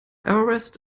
everest